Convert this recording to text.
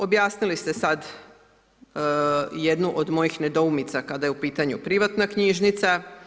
Objasnili ste sad jednu od mojih nedoumica kada je u pitanju privatna knjižnica.